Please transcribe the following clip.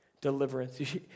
deliverance